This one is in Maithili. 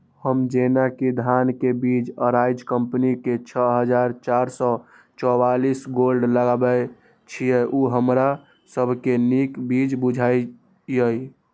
हम जेना कि धान के बीज अराइज कम्पनी के छः हजार चार सौ चव्वालीस गोल्ड लगाबे छीय उ हमरा सब के नीक बीज बुझाय इय?